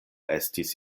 estis